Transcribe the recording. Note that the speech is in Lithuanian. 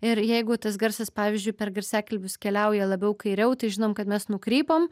ir jeigu tas garsas pavyzdžiui per garsiakalbius keliauja labiau kairiau tai žinom kad mes nukrypom